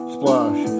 Splash